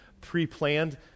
pre-planned